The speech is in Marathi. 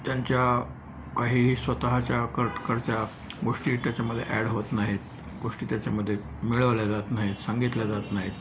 त्यांच्या काहीही स्वतःच्या च्या गोष्टी त्याच्यामध्ये ॲड होत नाहीत गोष्टी त्याच्यामध्ये मिळवल्या जात नाहीत सांगितल्या जात नाहीत